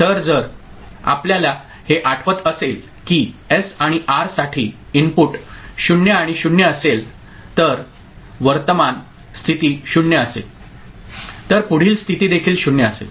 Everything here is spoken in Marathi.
तर जर आपल्याला हे आठवत असेल की एस आणि आर साठी इनपुट 0 आणि 0 असेल तर वर्तमान विद्यमान स्थिती 0 असेल तर पुढील स्थिती देखील 0 असेल